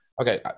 okay